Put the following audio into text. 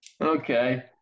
Okay